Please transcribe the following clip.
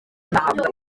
ntahabwa